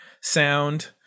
sound